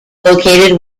located